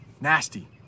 Nasty